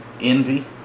envy